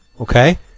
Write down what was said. okay